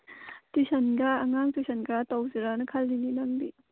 ꯇ꯭ꯌꯨꯁꯟꯒ ꯑꯉꯥꯡ ꯇ꯭ꯌꯨꯁꯟ ꯈꯔ ꯇꯧꯁꯤꯔꯅ ꯈꯜꯂꯤꯅꯦ ꯅꯪꯗꯤ